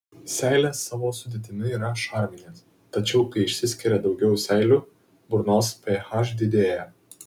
seilės savo sudėtimi yra šarminės tačiau kai išsiskiria daugiau seilių burnos ph didėja